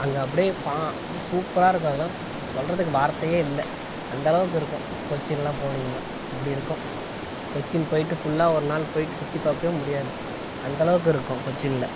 அங்கே அப்டேயே பா அப்டேயே சூப்பராயிருக்கும் அதுலாம் சொல்கிறதுக்கு வார்த்தையே இல்லை அந்தளவுக்கு இருக்கும் கொச்சின்லாம் போனீங்கன்னா அப்படி இருக்கும் கொச்சின் போய்ட்டு ஃபுல்லா ஒரு நாள் போய்ட்டு சுத்தி பார்க்கவே முடியாது அந்தளவுக்கிருக்கும் கொச்சின்ல